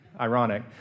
Ironic